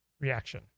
reaction